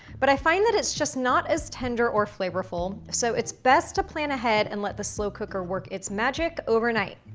but i find that it's just not as tender or flavorful so, it's best to plan ahead and let the slow cooker work it's magic overnight.